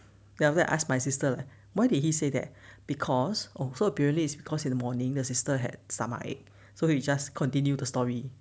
then after that I ask my sister why did he say that because also apparently it's because in the morning the sister had stomach ache so he just continue the story